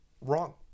Wrong